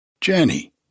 Jenny